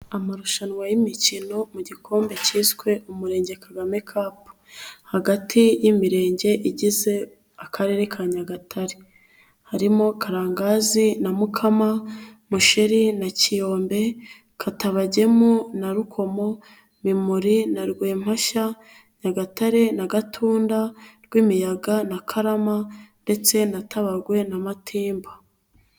Amarushanwa y'imikino mu gikombe cyiswe umurenge kagame kapu, hagati y'imirenge igize akarere ka Nyagatare harimo Karangazi na Mukama, Musheri na Kiyombe, Katabagemu na Rukomo, Mimuri na Rwempashya, Nyagatare na Gatunda, Rwimiyaga na Karama ndetse na Tabagwe na Matimba.